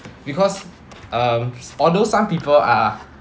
because um although some people are